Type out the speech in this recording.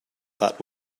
that